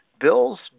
Bill's